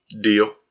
deal